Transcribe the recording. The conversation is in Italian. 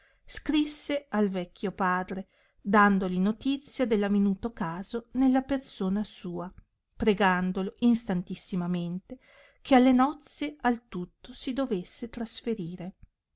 scrisse al vecchio padre dandoli notizia dell avenuto caso nella persona sua pregandolo instantissimamente che alle nozze al tutto si dovesse trasferire